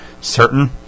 certain